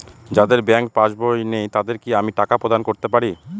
যাদের bank passbook নেই তাদের কি আমি টাকা প্রদান করতে পারি?